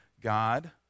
God